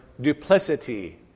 duplicity